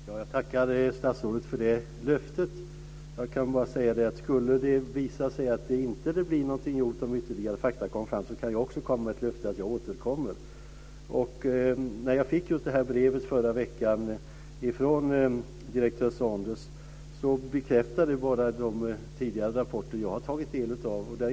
Fru talman! Jag tackar statsrådet för det löftet. Om det skulle visa sig att det inte blir någonting gjort om ytterligare fakta kommer fram kan jag också komma med ett löfte om att jag återkommer. När jag fick just det här brevet förra veckan från direktör Saunders bekräftade det bara de tidigare rapporter som jag har tagit del av.